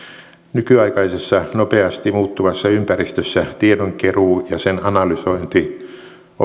nykyaikaisessa nopeasti muuttuvassa ympäristössä tiedon keruu ja sen analysointi